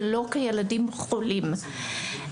ולא כילדים חולים.